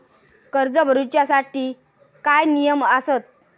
कर्ज भरूच्या साठी काय नियम आसत?